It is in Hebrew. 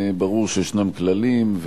ברור שיש כללים,